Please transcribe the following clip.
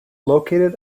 located